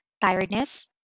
tiredness